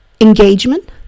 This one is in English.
engagement